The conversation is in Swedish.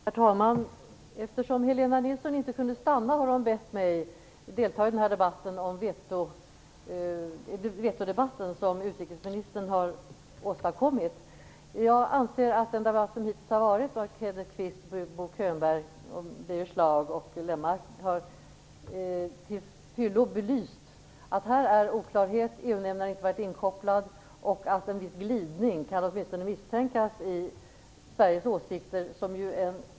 Herr talman! Eftersom Helena Nilsson inte kunde stanna i kammaren bad hon mig delta i debatten om vetorätten, som utrikesministern har åstadkommit. Jag anser att den debatt som hittills har förts av Kenneth Lennmarker till fullo har belyst att det här finns oklarhet, att EU-nämnden inte har varit inkopplad och att en viss glidning åtminstone kan misstänkas i Sveriges åsikter.